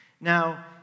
Now